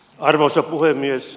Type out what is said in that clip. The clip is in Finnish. arvoisa puhemies